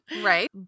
Right